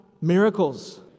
miracles